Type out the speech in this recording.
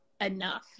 enough